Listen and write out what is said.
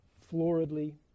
floridly